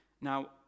now